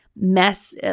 mess